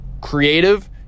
creative